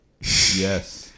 Yes